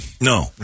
No